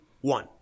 one